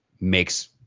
makes